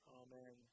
amen